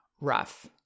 rough